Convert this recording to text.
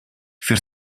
für